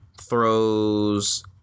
throws